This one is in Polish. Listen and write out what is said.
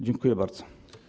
Dziękuję bardzo.